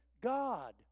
God